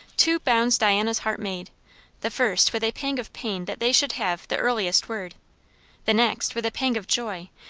two bounds diana's heart made the first with a pang of pain that they should have the earliest word the next with a pang of joy,